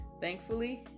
thankfully